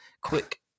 quick